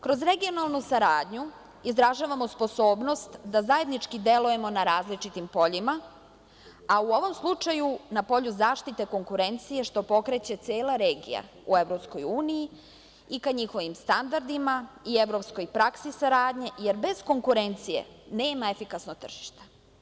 Kroz regionalnu saradnju izražavamo sposobnost da zajednički delujemo na različitim poljima, a u ovom slučaju na polju zaštite konkurencije, što pokreće cela regija u EU i ka njihovim standardima i evropskoj praksi saradnje, jer bez konkurencije nema efikasnog tržišta.